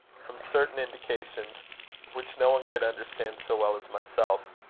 from certain indications which no one could understand so well as myself,